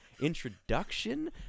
introduction